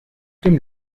dem